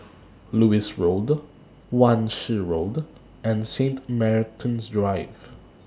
Lewis Road Wan Shih Road and Saint Martin's Drive